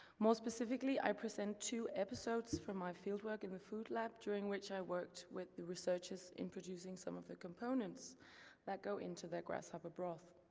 more specifically, i present two episodes from my fieldwork in the food lab, during which i worked with the researchers in producing some of the components that go into their grasshopper broth.